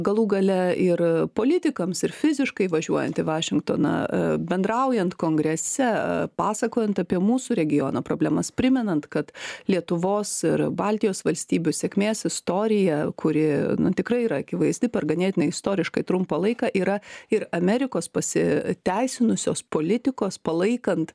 galų gale ir politikams ir fiziškai važiuojant į vašingtoną bendraujant kongrese pasakojant apie mūsų regiono problemas primenant kad lietuvos ir baltijos valstybių sėkmės istorija kuri tikrai yra akivaizdi per ganėtinai istoriškai trumpą laiką yra ir amerikos pasiteisinusios politikos palaikant